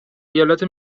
ایالت